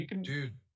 Dude